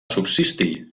subsistir